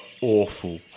awful